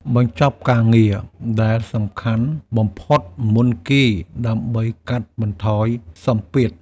បញ្ចប់ការងារដែលសំខាន់បំផុតមុនគេ ដើម្បីកាត់បន្ថយសម្ពាធ។